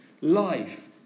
life